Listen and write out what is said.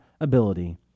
ability